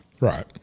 Right